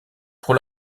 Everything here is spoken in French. pour